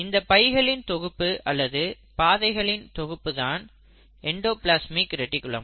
இந்தப் பைகளில் தொகுப்பு அல்லது பாதைகளின் தொகுப்புதான் எண்டோப்லஸ்மிக் ரெடிக்குலம்